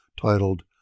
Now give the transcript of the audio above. titled